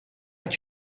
that